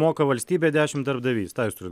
moka valstybė dešimt darbdavys tą jūs turit